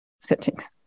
settings